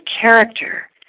character